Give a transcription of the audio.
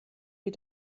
wie